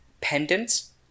pendants